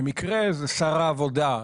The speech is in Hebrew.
במקרה זה שר העבודה,